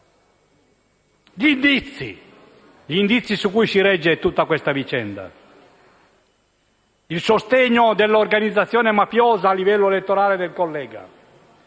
Gli indizi su cui si regge tutta questa vicenda: il sostegno dell'organizzazione mafiosa a livello elettorale del collega.